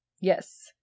yes